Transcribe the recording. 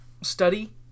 study